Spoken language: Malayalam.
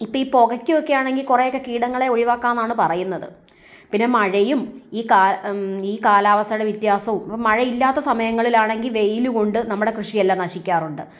ഇപ്പോൾ ഈ പുകയ്ക്കുകൊക്കെ ആണെങ്കിൽ കുറെയൊക്കെ കീടങ്ങളെ ഒഴിവാക്കാന്നാണ് പറയുന്നത് പിന്നെ മഴയും ഈ കാ ഈ കാലാവസ്ഥയുടെ വ്യത്യാസവും മഴ ഇല്ലാത്ത സമയങ്ങളിലാണെങ്കിൽ വെയിൽ കൊണ്ട് നമ്മുടെ കൃഷിയെല്ലാം നശിക്കാറുണ്ട്